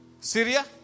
Syria